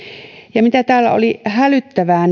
se mikä täällä oli hälyttävää